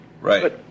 Right